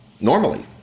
normally